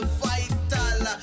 vital